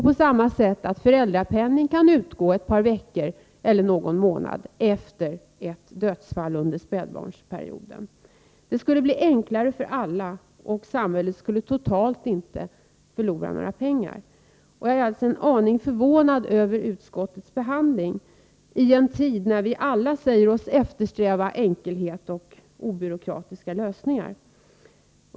På samma sätt skulle föräldrapenning kunna utgå ett par veckor eller någon månad efter ett dödsfall under spädbarnsperioden. Det skulle bli enklare för alla, och samhället skulle totalt inte förlora några pengar. Jag är alltså en aning förvånad över utskottets behandling, i en tid när vi alla säger oss eftersträva enkelhet och obyråkratiska lösningar.